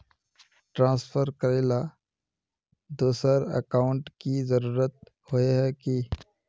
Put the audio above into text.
Transfer करेला दोसर account की जरुरत होय है की?